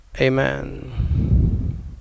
Amen